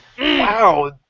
Wow